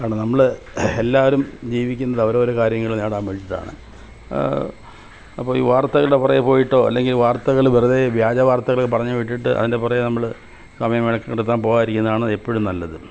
കാരണം നമ്മൾ എല്ലാവരും ജീവിക്കുന്നത് അവരവരുടെ കാര്യങ്ങൾ നേടാൻ വേണ്ടീട്ടാണ് അപ്പം ഈ വാർത്തേടെ പുറകേ പോയിട്ടോ അല്ലെങ്കിൽ വാർത്തകൾ വെറുതേ വ്യാജവാർത്തകൾ പറഞ്ഞ് വിട്ടിട്ട് അതിൻ്റെ പുറകേ നമ്മൾ സമയം മെനക്കെടുത്താൻ പോകാതിരിക്കുന്നതാണ് എപ്പോഴും നല്ലത്